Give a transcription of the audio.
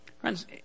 Friends